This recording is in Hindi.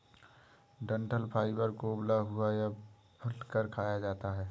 डंठल फाइबर को उबला हुआ या भूनकर खाया जाता है